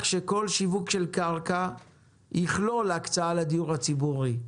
שכל שיווק של קרקע יכלול הקצאה לדיור הציבורי,